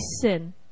sin